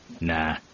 Nah